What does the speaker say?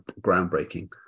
groundbreaking